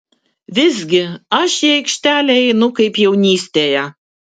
visgi aš į aikštelę einu kaip jaunystėje